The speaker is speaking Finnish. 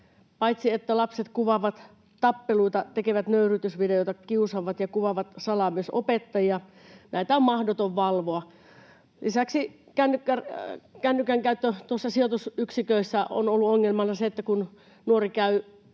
Paitsi että lapset kuvaavat tappeluita, he tekevät nöyryytysvideoita, kiusaavat ja kuvaavat salaa myös opettajia. Näitä on mahdoton valvoa. Lisäksi kännykän käytössä sijoitusyksiköissä on ollut ongelmana se, että kun nuori käy